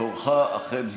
תורך אכן הגיע.